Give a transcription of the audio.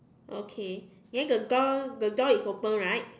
okay then the door the door is open right